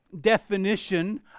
definition